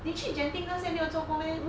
你去 genting 那些没有坐过 meh